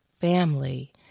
Family